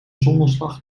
zonneslag